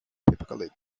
typically